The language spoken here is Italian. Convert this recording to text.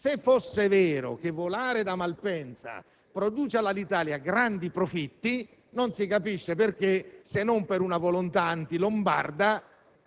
Ebbene, a meno di non voler pensare che coloro che dirigono l'Alitalia non capiscono assolutamente niente,